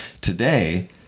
Today